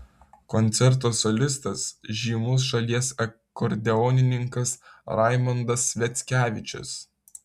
koncerto solistas žymus šalies akordeonininkas raimondas sviackevičius